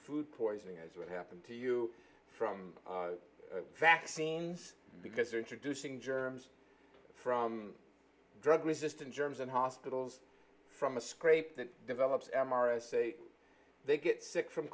food poisoning as what happened to you from vaccines because they're introducing germs from drug resistant germs in hospitals from a scrape that develops m r s a they get sick from